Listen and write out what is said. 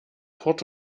port